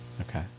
okay